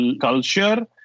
culture